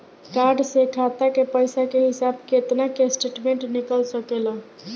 Card से खाता के पइसा के हिसाब किताब के स्टेटमेंट निकल सकेलऽ?